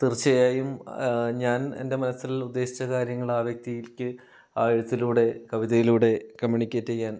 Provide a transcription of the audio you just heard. തീർച്ചയായും ഞാൻ എൻ്റെ മനസ്സിൽ ഉദ്ദേശിച്ച കാര്യങ്ങൾ ആ വ്യക്തിക്ക് ആ എഴുത്തിലൂടെ കവിതയിലൂടെ കമ്മ്യൂണിക്കേറ്റ് ചെയ്യാൻ